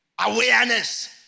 Awareness